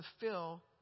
fulfill